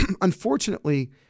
unfortunately